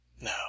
No